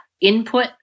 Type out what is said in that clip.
input